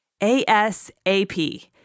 ASAP